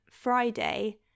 Friday